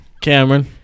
Cameron